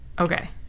Okay